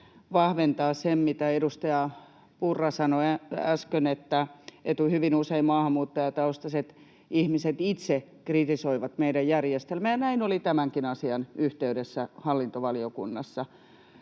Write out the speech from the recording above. vahventaa sen, mitä edustaja Purra sanoi äsken, että hyvin usein maahanmuuttajataustaiset ihmiset itse kritisoivat meidän järjestelmää, ja näin oli tämänkin asian yhteydessä hallintovaliokunnassa.